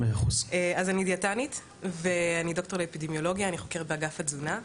אני דיאטנית ואני דוקטור לאפידמיולוגיה וחוקרת באגף התזונה.